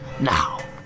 now